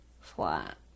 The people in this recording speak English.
flat